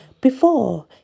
before